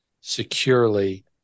securely